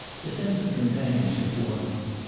the sense of companionship warmed him.